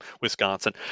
Wisconsin